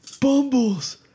Bumbles